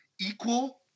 equal